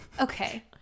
okay